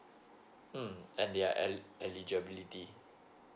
mm and their eli~ eligibility